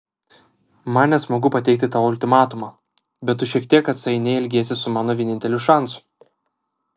man nesmagu pateikti tau ultimatumą bet tu šiek tiek atsainiai elgiesi su mano vieninteliu šansu